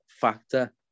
factor